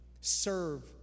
Serve